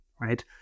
right